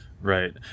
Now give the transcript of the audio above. Right